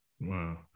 Wow